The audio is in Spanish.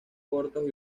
cortos